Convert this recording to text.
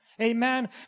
Amen